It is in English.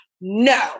No